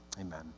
amen